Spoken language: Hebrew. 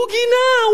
הוא גינה,